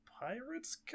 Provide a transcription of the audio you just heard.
pirate's